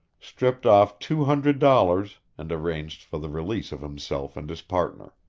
stripped off two hundred dollars, and arranged for the release of himself and his partner.